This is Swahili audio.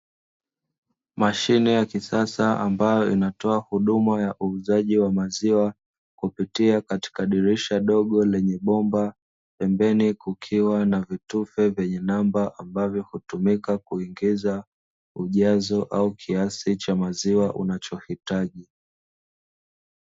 Mashine ya kisasa ambayo inatoa huduma ya uuzaji wa maziwa kupitia katika dirisha dogo lenye bomba, pembeni kukiwa na vitufe vyenye namba ambavyo hutumika kuiingiza ujazo au kiasi cha maziwa unachohitaji.